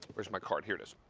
where's my card? here it is